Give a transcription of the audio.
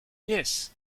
yes